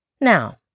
Now